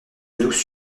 douce